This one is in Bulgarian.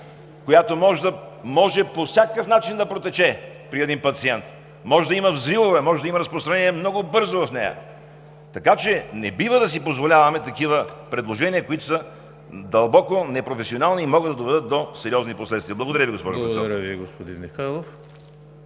която може по всякакъв начин да протече при един пациент, може да има взривове, може да има разпространение много бързо в нея. Не бива да си позволяваме такива предложения, които са дълбоко непрофесионални и могат да доведат до сериозни последствия. Благодаря Ви, господин